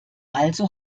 also